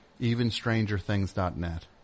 Evenstrangerthings.net